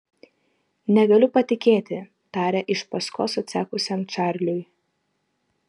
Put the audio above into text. negaliu patikėti tarė iš paskos atsekusiam čarliui